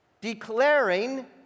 declaring